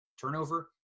turnover